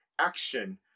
action